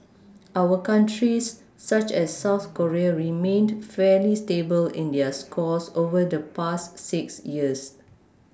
our countries such as south Korea remained fairly stable in their scores over the past six years